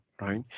right